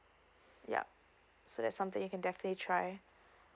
yup so that's something you can definitely try